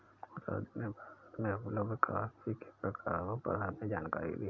राजू ने भारत में उपलब्ध कॉफी के प्रकारों पर हमें जानकारी दी